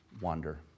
Wander